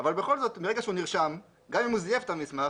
אבל בכל זאת גם אם הוא זייף את המסמך,